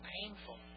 painful